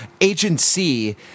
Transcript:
agency